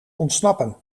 ontsnappen